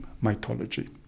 mythology